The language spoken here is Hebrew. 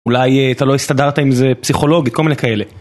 אולי אתה לא הסתדרת עם זה פסיכולוגית, כל מיני כאלה.